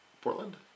Portland